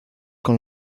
con